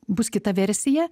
bus kita versija